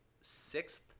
sixth